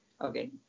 Okay